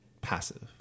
passive